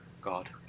God